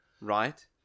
Right